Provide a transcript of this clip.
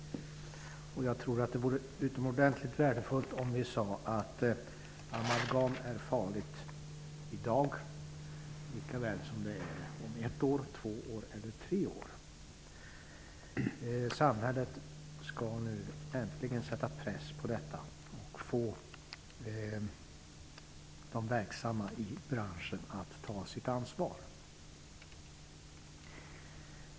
Jag tror att det vore utomordentligt värdefullt om vi sade att amalgam är farligt i dag likaväl som om ett, två eller tre år. Samhället skall nu äntligen sätta press på de verksamma i branschen att ta sitt ansvar.